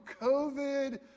COVID